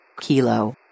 Kilo